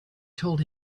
told